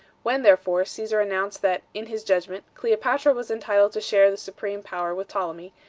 when, therefore, caesar announced that, in his judgment, cleopatra was entitled to share the supreme power with ptolemy,